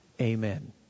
Amen